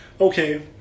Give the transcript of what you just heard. Okay